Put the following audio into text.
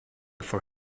for